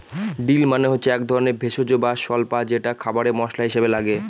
deal মানে হচ্ছে এক ধরনের ভেষজ বা স্বল্পা যেটা খাবারে মশলা হিসাবে লাগে